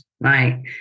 right